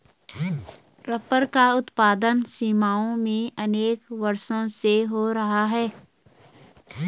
rubber का उत्पादन Samoa में अनेक वर्षों से हो रहा है